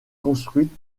construite